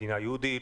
מדינה יהודית,